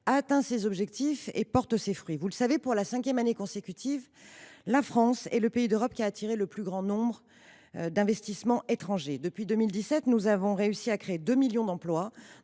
atteint ses objectifs : elle porte aujourd’hui ses fruits. Vous le savez, pour la cinquième année consécutive, la France est en 2023 le pays d’Europe qui a attiré le plus grand nombre d’investissements étrangers. Depuis 2017, nous avons réussi à créer 2 millions d’emplois,